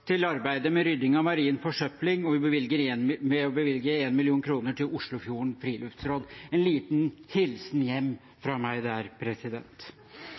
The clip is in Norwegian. til arbeidet med rydding av marin forsøpling, med å bevilge 1 mill. kr til Oslofjordens Friluftsråd – en liten hilsen hjem fra meg der!